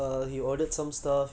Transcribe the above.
mmhmm